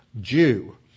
Jew